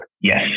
yes